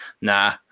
nah